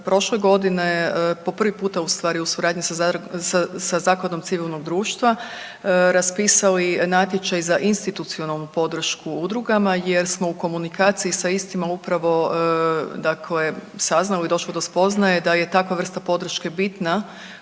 prošle godine po prvi puta ustvari sa suradnji Zakladom civilnog društva raspisali natječaj za institucionalnu podršku udrugama jer smo u komunikaciji sa istima upravo dakle saznali, došli do spoznaje da je takva vrsta podrške bitna